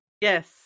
Yes